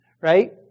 right